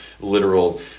literal